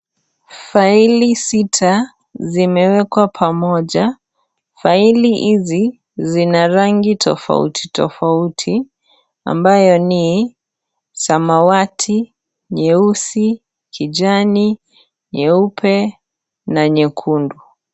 Faili sita, zimewekwa pamoja. Faili hizi zina rangi tofauti tofauti ambayo ni, samawati, nyeusi, kijani ,nyeupe na nyekundu.